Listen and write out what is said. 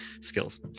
skills